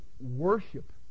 worship